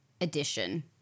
edition